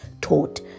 taught